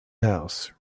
house